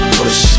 push